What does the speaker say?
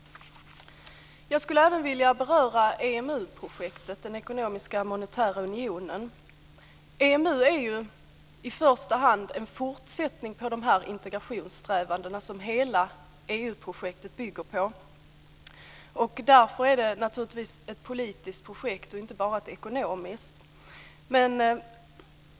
Jag skulle även vilja beröra EMU-projektet, den ekonomiska monetära unionen. EMU är i första hand en fortsättning på de integrationssträvanden som hela EU-projektet bygger på. Därför är det naturligtvis ett politiskt projekt och inte bara ett ekonomiskt.